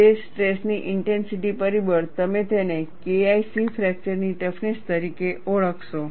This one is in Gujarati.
તે સ્ટ્રેસની ઇન્ટેન્સિટી પરિબળ તમે તેને KIC ફ્રેક્ચરની ટફનેસ તરીકે ઓળખશો